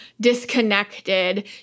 disconnected